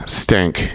stink